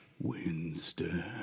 Winston